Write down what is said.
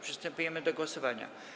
Przystępujemy do głosowania.